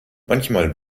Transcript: manchmal